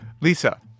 Lisa